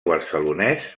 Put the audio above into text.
barcelonès